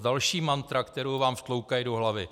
Další mantra, kterou vám vtloukají do hlavy.